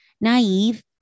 naive